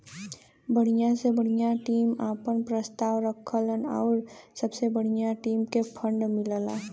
बढ़िया से बढ़िया टीम आपन प्रस्ताव रखलन आउर सबसे बढ़िया टीम के फ़ंड मिलला